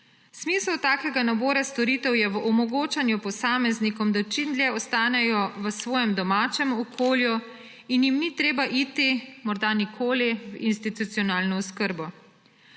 Smisel takega nabora storitev je v omogočanju posameznikom, da čim dlje ostanejo v svojem domačem okolju in jim ni treba iti morda nikoli v institucionalno oskrbo.